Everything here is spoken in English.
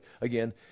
Again